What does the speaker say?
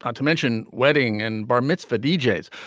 um to mention wedding and bar mitzvah deejays.